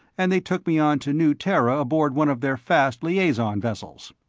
and they took me on to new terra aboard one of their fast liaison vessels.